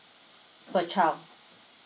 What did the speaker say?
per child